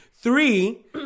Three